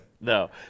no